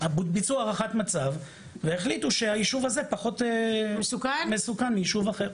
ביצעו הערכת מצב והחליטו שהיישוב הזה פחות מסוכן מיישוב אחר.